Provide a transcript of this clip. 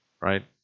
right